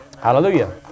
Hallelujah